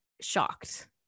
shocked